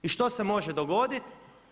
I što se može dogoditi?